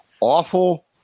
awful